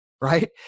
Right